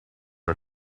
are